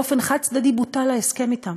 באופן חד-צדדי בוטל ההסכם אתם.